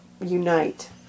unite